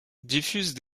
diffuse